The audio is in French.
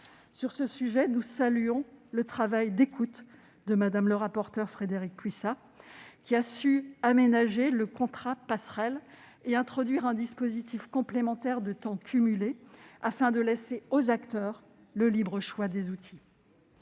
Sur ce sujet, nous saluons le travail d'écoute de Mme le rapporteur, qui a su aménager le « contrat passerelle » et introduire un dispositif complémentaire de « temps cumulé », afin de laisser aux acteurs le libre choix des outils.